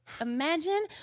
Imagine